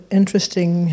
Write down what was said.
interesting